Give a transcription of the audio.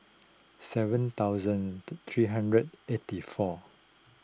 seven thousand three hundred eighty four